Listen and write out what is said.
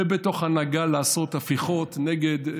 ובתוך ההנהגה לעשות הפיכות נגד.